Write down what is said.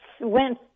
went